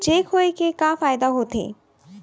Cheque होए के का फाइदा होथे?